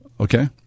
Okay